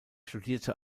studierte